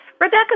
Rebecca